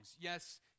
yes